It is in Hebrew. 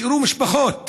משפחות